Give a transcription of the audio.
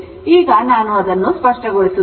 ಈಗ ನಾನು ಅದನ್ನು ಸ್ಪಷ್ಟಗೊಳಿಸುತ್ತೇನೆ